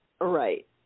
right